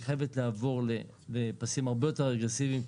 חייבת לעבור לפסים הרבה יותר אגרסיביים,